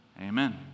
Amen